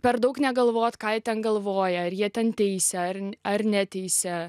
per daug negalvoti ką ten galvoja ar jie ten teisia ar neteisia